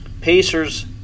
Pacers